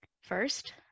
first